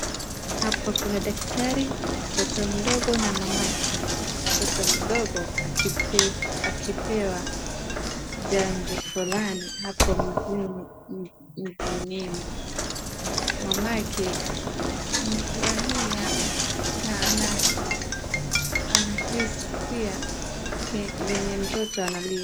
Hapa kuna daktari, mtoto mdogo na mamake, mtoto mdogo akipewa chanjo fulani hapo mikononi, mamake amefurahia na anahisia yenye mtoto analia.